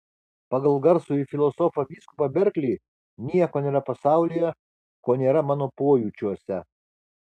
pagal garsųjį filosofą vyskupą berklį nieko nėra pasaulyje ko nėra mano pojūčiuose